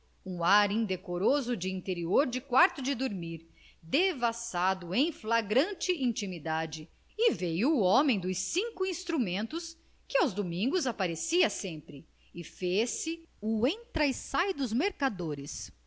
um ar indecoroso de interior de quarto de dormir devassado em flagrante intimidade e veio o homem dos cinco instrumentos que aos domingos aparecia sempre e fez-se o entra e sai dos mercadores